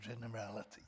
generality